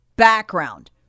background